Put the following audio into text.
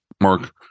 Mark